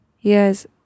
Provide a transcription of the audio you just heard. yes